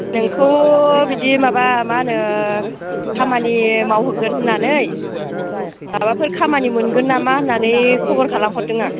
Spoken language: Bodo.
नोंखौ बिदि माबा मा होनो खामानि मावहोगोन होननानै माबाफोर खामानि मोनगोन नामा होननानै खबर खालामहरदों आं